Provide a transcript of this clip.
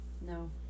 no